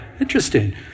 Interesting